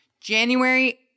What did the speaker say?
January